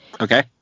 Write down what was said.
Okay